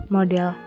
Model